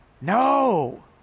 No